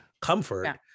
comfort